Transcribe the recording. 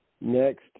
next